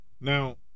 now